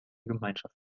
gemeinschaft